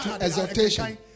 Exhortation